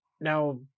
Now